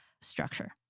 structure